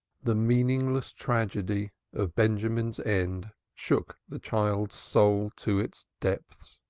the meaningless tragedy of benjamin's end shook the child's soul to its depths.